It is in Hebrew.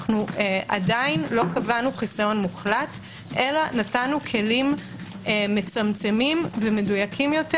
עדיין לא קבענו חיסיון מוחלט אלא נתנו כלים מצמצמים ומדויקים יותר